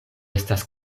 estas